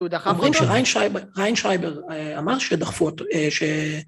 ‫אומרים שריינשרייבר, ריינשרייבר אה... אמר שדחפו אותו, אה... ש...